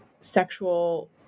sexual